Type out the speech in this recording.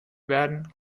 werden